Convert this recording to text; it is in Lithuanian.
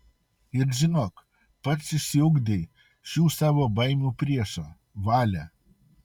ir žinok pats išsiugdei šių savo baimių priešą valią